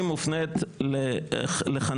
היא מופנית לחנוך.